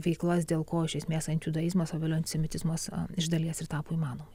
veiklas dėl ko iš esmės antijudaizmas o vėliau antisemitizmas iš dalies ir tapo įmanomais